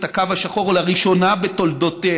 את הקו השחור לראשונה בתולדותיה,